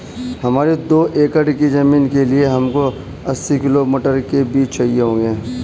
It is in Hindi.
हमारी दो एकड़ की जमीन के लिए हमको अस्सी किलो मटर के बीज चाहिए होंगे